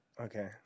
Okay